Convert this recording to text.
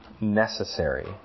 necessary